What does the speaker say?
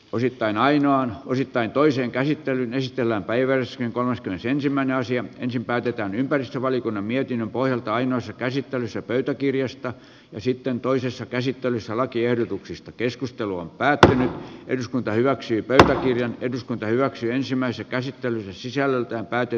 osittain ainoan osittain toisen käsittelyn estellä päiväys ja kolmaskymmenesensimmäinen sija ensin päätetään ympäristövaliokunnan mietinnön pohjalta ainoassa käsittelyssä pöytäkirjasta ja sitten toisessa käsittelyssä lakiehdotuksesta keskustelu on päättänyt eduskunta hyväksyi petra ja eduskunta hyväksyi ensimmäisen käsittelyn sisällön lakiehdotuksista